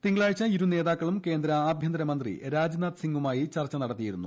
തിങ്കളാഴ്ച ഇരുനേതാക്കളും കേന്ദ്ര ആഭ്യന്തരമന്ത്രി രാജ്നാഥ് സിങ്ങുമായി ചർച്ച നടത്തിയിരുന്നു